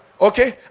Okay